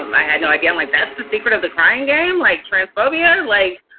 um i had no idea, like, that's the secret of the crying game. like transphobia. like,